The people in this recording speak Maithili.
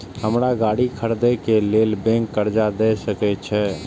हमरा गाड़ी खरदे के लेल बैंक कर्जा देय सके छे?